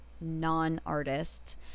non-artists